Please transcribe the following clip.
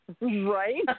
right